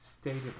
stated